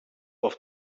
auf